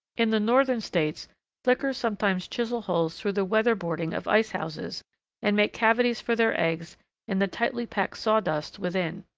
in the northern states flickers sometimes chisel holes through the weatherboarding of ice-houses and make cavities for their eggs in the tightly packed sawdust within.